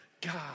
God